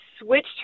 switched